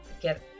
get